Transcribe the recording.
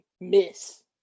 Miss